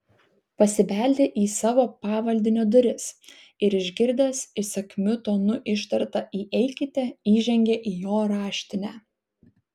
pasibeldė į savo pavaldinio duris ir išgirdęs įsakmiu tonu ištartą įeikite įžengė į jo raštinę